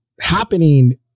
happening